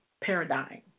paradigm